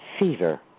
fever